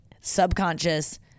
subconscious